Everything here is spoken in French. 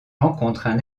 rencontrent